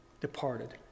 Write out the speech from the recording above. departed